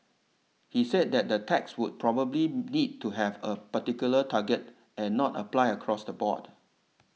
he said that the tax would probably need to have a particular target and not apply across the board